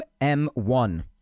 M1